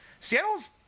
Seattle's